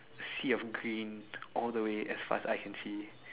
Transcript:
sea of green all the way as far as I can see